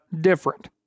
different